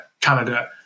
canada